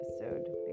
episode